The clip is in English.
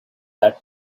that